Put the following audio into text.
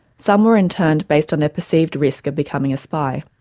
some were interned based on their perceived risk of becoming a spy,